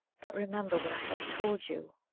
but remember what i have told you.